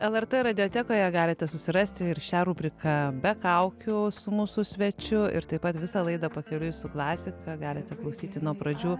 lrt radiotekoje galite susirasti ir šią rubriką be kaukių su mūsų svečiu ir taip pat visą laidą pakeliui su klasika galite klausyti nuo pradžių